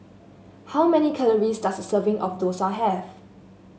how many calories does a serving of dosa have